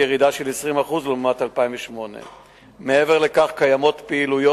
ירידה של 20% לעומת 2008. מעבר לכך יש פעילויות